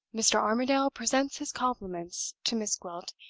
mr. armadale presents his compliments to miss gwilt,